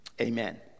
Amen